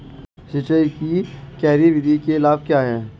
सिंचाई की क्यारी विधि के लाभ क्या हैं?